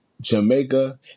Jamaica